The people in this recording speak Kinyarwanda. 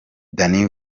danny